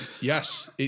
Yes